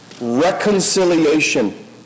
reconciliation